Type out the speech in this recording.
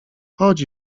chodź